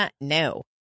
No